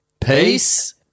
Peace